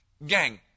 Gang